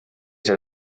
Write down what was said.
see